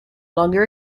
longer